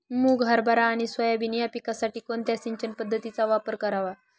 मुग, हरभरा आणि सोयाबीन या पिकासाठी कोणत्या सिंचन पद्धतीचा वापर करावा?